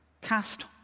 Cast